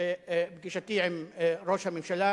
פגישתי עם ראש הממשלה